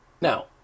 Now